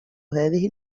هذه